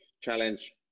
challenge